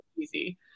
easy